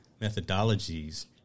methodologies